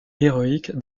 héroïque